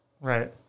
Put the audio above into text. Right